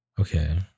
okay